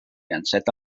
enceta